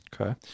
Okay